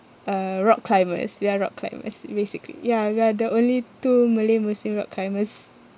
uh rock climbers ya rock climbers basically ya we are the only two malay muslim rock climbers